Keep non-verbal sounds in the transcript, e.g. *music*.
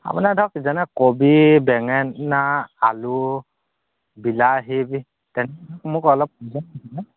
আপোনাৰ ধৰক যেনে কবি বেঙেনা আলু বিলাহী তেনে *unintelligible* মোক অলপ প্ৰয়োজন হৈছিলে